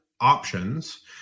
options